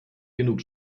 genug